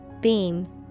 Beam